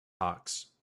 hawks